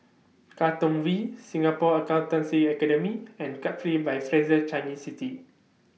Katong V Singapore Accountancy Academy and Capri By Fraser Changi City